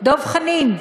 דב חנין.